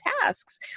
tasks